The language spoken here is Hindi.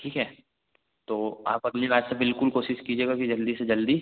ठीक है तो अपनी बात से बिलकुल कोशिश कीजिएगा कि जल्दी से जल्दी